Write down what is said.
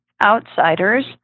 outsiders